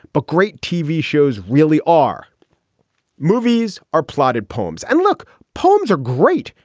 but great tv shows really are movies are plotted poems. and look, poems are great.